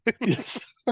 Yes